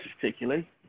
particularly